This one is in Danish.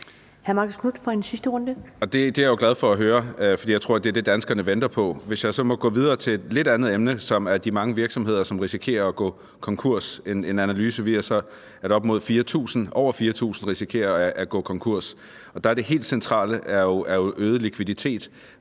Det er jeg jo glad for at høre, for jeg tror, at det er det, som danskerne venter på. Hvis jeg så må gå videre til et lidt andet emne, vil jeg nævne de mange virksomheder, som risikerer at gå konkurs. En analyse viser, at over 4.000 risikerer at gå konkurs, og det helt centrale er jo øget likviditet